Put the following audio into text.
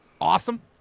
Awesome